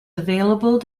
available